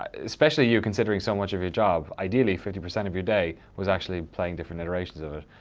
ah especially you, considering so much of your job, ideally fifty percent of your day was actually playing different iterations of it.